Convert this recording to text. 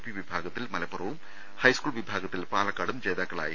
P വിഭാഗത്തിൽ മല പ്പുറവും ഹൈസ്കൂൾ വിഭാഗത്തിൽ പാലക്കാടും ജേതാക്കളായി